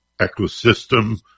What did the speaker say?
ecosystem